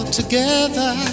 together